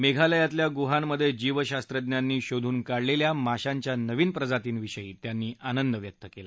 मेघालयातल्या गुहांमधे जीवनशास्त्रज्ञांनी शोधून काढलेल्या माशांच्या नवीन प्रजातीविषयी त्यांनी आनंद व्यक्त केला